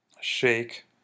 shake